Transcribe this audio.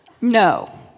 No